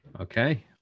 Okay